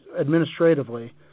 administratively